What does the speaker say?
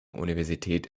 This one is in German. universität